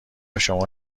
شما